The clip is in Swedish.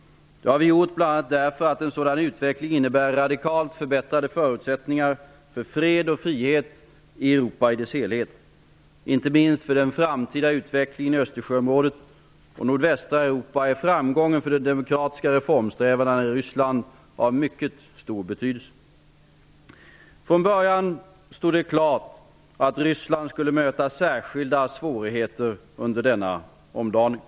Det har vi gjort bl.a. därför att en sådan utveckling innebär radikalt förbättrade förutsättningar för fred och frihet i Europa i dess helhet. Inte minst för den framtida utvecklingen i Östersjöområdet och nordvästra Europa är framgången för de demokratiska reformsträvandena i Ryssland av mycket stor betydelse. Från början stod det klart att Ryssland skulle möta särskilda svårigheter under denna omdaning.